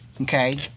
okay